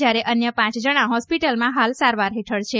જયારે અન્ય પાંચ જણા હોસ્પિટલમાં હાલ સારવાર હેઠળ છે